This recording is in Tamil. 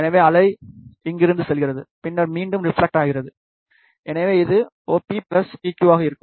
எனவே அலை இங்கிருந்து செல்கிறது பின்னர் மீண்டும் ரிப்ஃலெக்ட் ஆகிறது எனவே இது OP PQ ஆக இருக்கும்